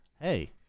Hey